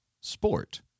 sport